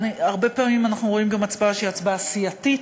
הרבה פעמים אנחנו רואים בוועדת השרים גם הצבעה שהיא הצבעה סיעתית,